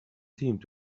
seemed